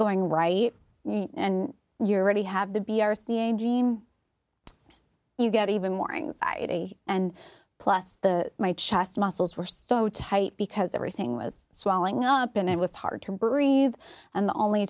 going right and you're ready have the b r c a gene you get even more anxiety and plus the my chest muscles were so tight because everything was swelling up and it was hard to move and the only